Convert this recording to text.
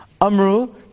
Amru